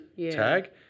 tag